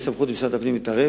אם יש סמכות למשרד הפנים להתערב,